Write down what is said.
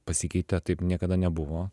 pasikeitė taip niekada nebuvo